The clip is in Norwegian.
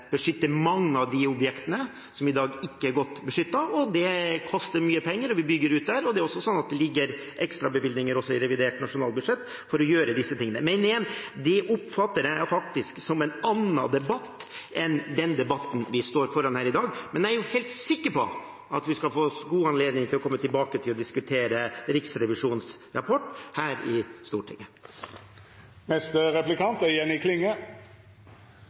mange av de objektene som i dag ikke er godt beskyttet. Det koster mye penger, men vi bygger ut der. Det ligger også ekstrabevilgninger inne i revidert nasjonalbudsjett for å gjøre disse tingene. Men igjen: Det oppfatter jeg faktisk som en annen debatt enn den debatten vi har her i dag. Men jeg er helt sikker på at vi skal få god anledning til å komme tilbake til å diskutere Riksrevisjonens rapport her i Stortinget.